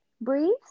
briefs